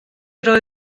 roi